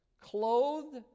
clothed